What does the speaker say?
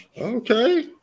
Okay